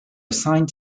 assigned